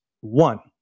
one